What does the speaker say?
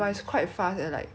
until like now